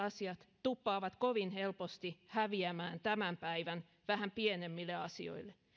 asiat tuppaavat kovin helposti häviämään tämän päivän vähän pienemmille asioille